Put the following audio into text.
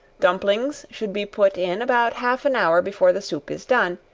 dumplings should be put in about half an hour before the soup is done,